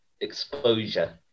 exposure